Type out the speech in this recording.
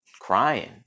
crying